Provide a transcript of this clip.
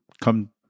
come